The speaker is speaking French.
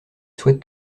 souhaite